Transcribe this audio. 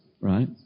right